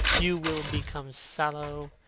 you will become sallow,